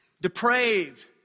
depraved